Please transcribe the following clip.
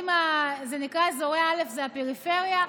זה נקרא אזורי א', זה הפריפריה.